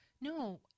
No